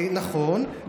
נכון,